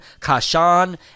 Kashan